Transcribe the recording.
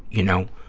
you know,